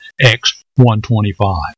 X-125